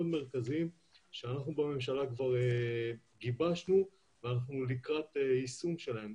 מרכזיים שאנחנו בממשלה כבר גיבשנו ואנחנו לקראת יישום שלהם.